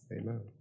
Amen